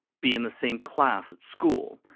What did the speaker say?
be in the same class at school,